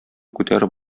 күтәреп